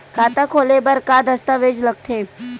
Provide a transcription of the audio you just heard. खाता खोले बर का का दस्तावेज लगथे?